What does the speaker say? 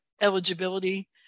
eligibility